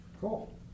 Cool